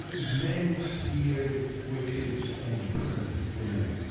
men and feared witches and burnt women.